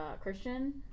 Christian